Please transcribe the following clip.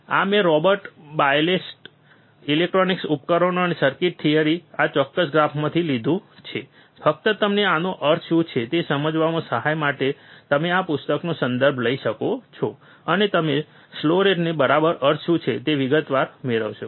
આ મેં Robert Boylestad electronic ઉપકરણો અને સર્કિટ થિયરી આ ચોક્કસ ગ્રાફમાંથી લીધું છે ફક્ત તમને આનો અર્થ શું છે તે સમજવામાં સહાય માટે તમે આ પુસ્તકનો સંદર્ભ લઈ શકો છો અને તમે સ્લો રેટનો બરાબર અર્થ શું છે તે વિગતવાર મેળવશો